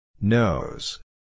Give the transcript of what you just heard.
Nose